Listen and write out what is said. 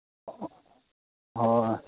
ᱦᱮᱸ ᱦᱳᱭ